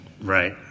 Right